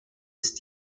ist